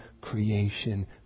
creation